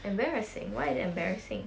embarrassing why is it embarrassing